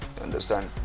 Understand